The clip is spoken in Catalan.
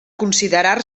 considerar